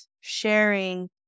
sharing